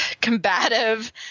combative